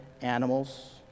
animals